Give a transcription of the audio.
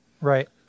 Right